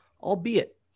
albeit